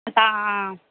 இப்போ